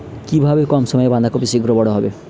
কিভাবে কম সময়ে বাঁধাকপি শিঘ্র বড় হবে?